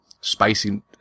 spicy